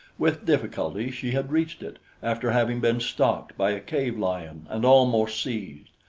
with difficulty she had reached it, after having been stalked by a cave-lion and almost seized.